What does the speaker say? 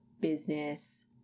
Business